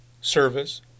service